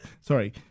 sorry